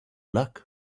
luck